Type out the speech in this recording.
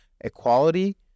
equality